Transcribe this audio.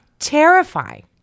terrifying